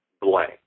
blank